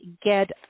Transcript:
get